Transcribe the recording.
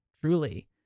truly